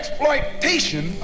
exploitation